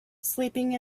sleeping